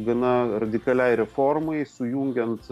gana radikaliai reformai sujungiant